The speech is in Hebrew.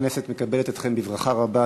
הכנסת מקבלת אתכם בברכה רבה.